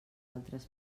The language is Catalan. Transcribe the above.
altres